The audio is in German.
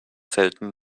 selten